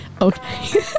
okay